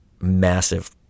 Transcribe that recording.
massive